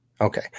okay